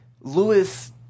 Lewis